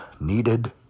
needed